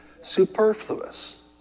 Superfluous